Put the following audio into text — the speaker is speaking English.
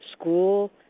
school